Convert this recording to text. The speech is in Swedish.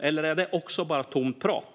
Eller är det också bara tomt prat?